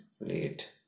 Late